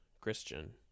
Christian